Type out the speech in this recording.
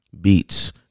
Beats